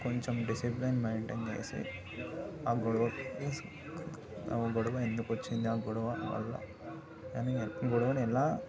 కొంచెం discipline maintain చేసి ఆ గొడవకు ఆ గొడవ ఎందుకు వచ్చింది ఆ గొడవ వల్ల అని ఆ గొడవని ఎలా